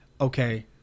Okay